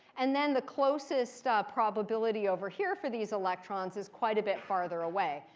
and then the closest probability over here for these electrons is quite a bit farther away.